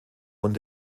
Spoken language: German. und